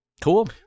cool